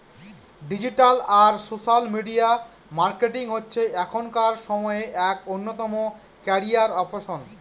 digital আর social media marketing হচ্ছে এখনকার সময়ে এক অন্যতম ক্যারিয়ার অপসন